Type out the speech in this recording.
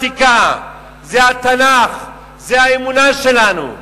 זה לא המתמטיקה, זה התנ"ך, זה האמונה שלנו,